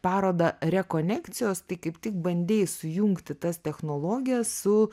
parodą rekonekcijos tai kaip tik bandei sujungti tas technologijas su